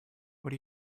what